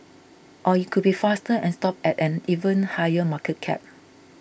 or it could be faster and stop at an even higher market cap